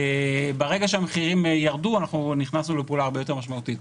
כאשר המחירים ירדו אנחנו נכנסנו לפעולה הרבה יותר משמעותית.